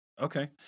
Okay